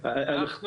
המקומיות?